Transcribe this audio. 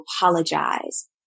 apologize